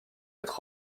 être